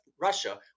Russia